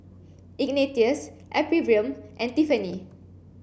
Ignatius Ephriam and Tiffanie